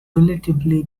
relatively